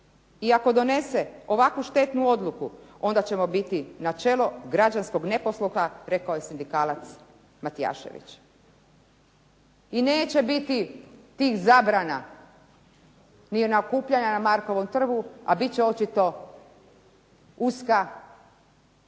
i ako donese ovakvu štetnu odluku onda ćemo biti načelo građanskog neposluha, rekao je sindikalac Matijašević. I neće biti tih zabrana … /Govornica se ne razumije./… okupljanja na Markovom trgu, a bit će očito uska